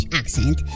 accent